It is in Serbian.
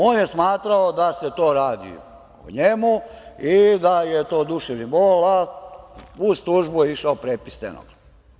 On je smatrao da se to radi o njemu i da je to duševni bol, a uz tužbu je išao prepis stenograma.